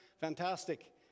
Fantastic